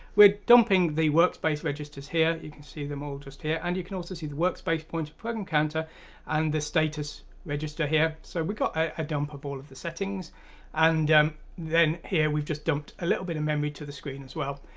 we're dumping the workspace registers here. you can see them all just here, and you can also see the workspace pointer, program counter and the status register here, so we've got a dump of all of the settings and then here we've just dumped a little bit of and memory to the screen as well!